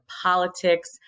politics